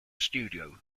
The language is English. studio